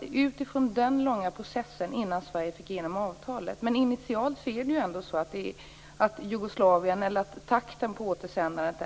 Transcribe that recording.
Det var en lång process innan Sverige fick igenom avtalet. Initialt får Jugoslavien möjlighet att kontrollera takten på återsändandet.